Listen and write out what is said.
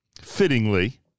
fittingly